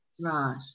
right